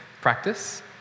practice